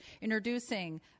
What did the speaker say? introducing